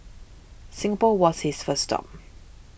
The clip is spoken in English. Singapore was his first stop